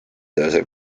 öösel